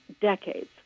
decades